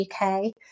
UK